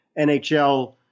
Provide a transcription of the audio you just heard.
NHL